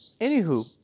Anywho